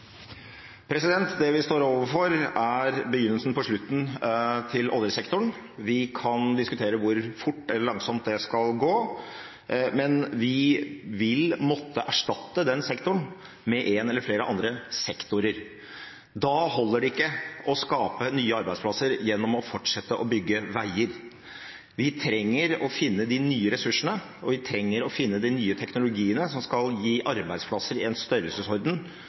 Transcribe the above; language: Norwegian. begynnelsen på slutten for oljesektoren. Vi kan diskutere hvor fort eller hvor langsomt det skal gå, men vi vil måtte erstatte den sektoren med én eller flere andre sektorer. Da holder det ikke å skape nye arbeidsplasser gjennom å fortsette å bygge veier. Vi trenger å finne de nye ressursene, og vi trenger å finne de nye teknologiene som skal gi arbeidsplasser i en størrelsesorden